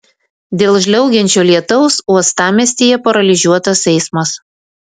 dėl žliaugiančio lietaus uostamiestyje paralyžiuotas eismas